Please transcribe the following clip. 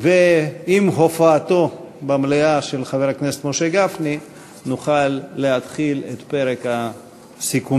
עם הופעתו במליאה של חבר הכנסת משה גפני נוכל להתחיל את פרק הסיכומים.